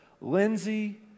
Lindsay